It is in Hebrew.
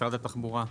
משרד התחבורה.